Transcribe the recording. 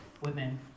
women